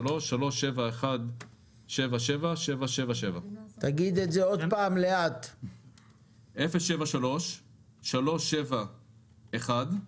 הוא 073-3717777. הוא